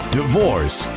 divorce